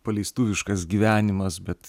paleistuviškas gyvenimas bet